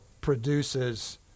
produces